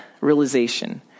realization